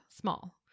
small